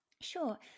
Sure